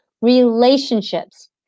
relationships